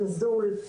זלזול,